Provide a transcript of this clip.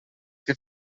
que